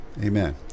Amen